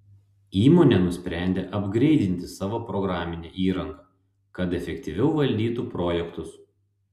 įmonė nusprendė apgreidinti savo programinę įrangą kad efektyviau valdytų projektus